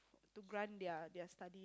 to grant their their study